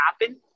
happen